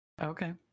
Okay